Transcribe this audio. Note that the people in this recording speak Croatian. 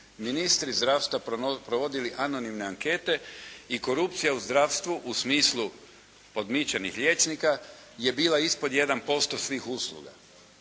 ministri zdravstva provodili anonimne ankete i korupcija u zdravstvu u smislu podmićenih liječnika je bila ispod 1% svih usluga